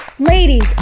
Ladies